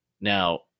now